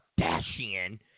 Kardashian